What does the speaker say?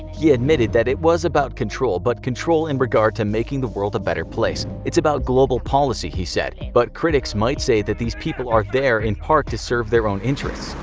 he admitted that it was about control, but control in regards to making the world a better place. it's about global policy, he said, but critics might say that these people are there in part to serve their own interests.